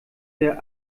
der